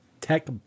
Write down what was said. tech